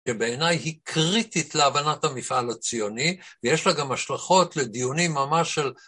שבעיניי היא קריטית להבנת המפעל הציוני, ויש לה גם השלכות לדיונים ממש של...